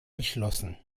beschlossen